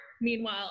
Meanwhile